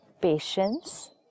patience